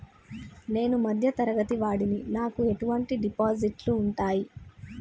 నేను మధ్య తరగతి వాడిని నాకు ఎటువంటి డిపాజిట్లు ఉంటయ్?